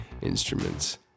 instruments